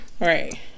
right